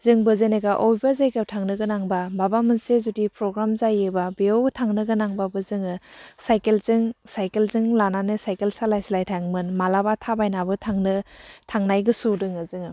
जोंबो जेनेखा बबेबा जायगायाव थांनो गोनांबा माबा मोनसे जुदि प्रग्राम जायोबा बेयाव थांनो गोनांबाबो जोङो साइकेलजों साइकेलजों लानानै साइकेल सालाय सालाय थाङोमोन मालाबा थाबायनाबो थांनो थांनाय गोसोयाव दङो जोङो